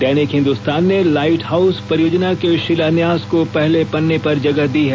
दैनिक हिन्दुस्तान ने light house परियोजना के शिलान्यास को पहले पन्ने पर जगह दी है